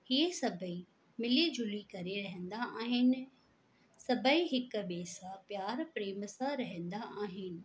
इहे सभेई मिली जुली करे रहंदा आहिनि सभेई हिक ॿिए सां प्यार प्रेम सां रहंदा आहिनि